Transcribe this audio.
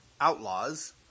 outlaws